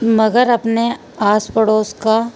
مگر اپنے آس پڑوس کا